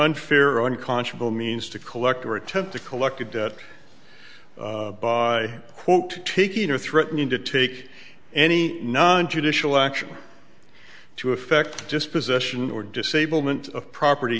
unfair unconscionable means to collect or attempt to collect a debt by quote taking or threatening to take any non judicial action to affect disposition or disablement of property